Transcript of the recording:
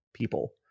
People